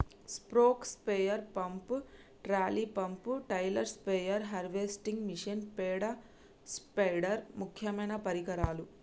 stroke sprayer pump, trolley pump, trailer spare, harvesting machine, పేడ spider ముక్యమైన పరికరాలు